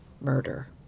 murder